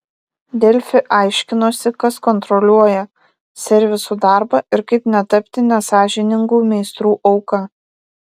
delfi aiškinosi kas kontroliuoja servisų darbą ir kaip netapti nesąžiningų meistrų auka